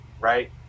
right